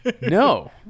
No